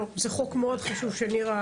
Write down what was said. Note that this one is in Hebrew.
טוב, זה חוק מאוד חשוב שנירה